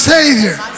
Savior